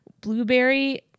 Blueberry